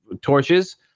torches